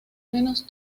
menos